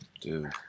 dude